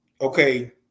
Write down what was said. okay